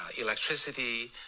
electricity